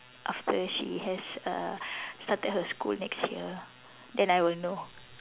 after she has uh started her school next year then I will know